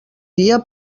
dia